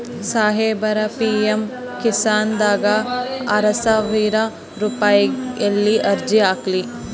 ಸಾಹೇಬರ, ಪಿ.ಎಮ್ ಕಿಸಾನ್ ದಾಗ ಆರಸಾವಿರ ರುಪಾಯಿಗ ಎಲ್ಲಿ ಅರ್ಜಿ ಹಾಕ್ಲಿ?